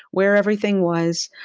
where everything was,